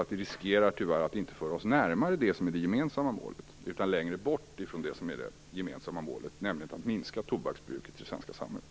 Det riskerar tyvärr att inte föra oss närmare utan längre bort från det som är det gemensamma målet, nämligen att minska tobaksbruket i det svenska samhället.